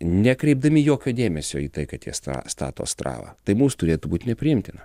nekreipdami jokio dėmesio į tai kad jie sta stato astravą tai mums turėtų būt nepriimtina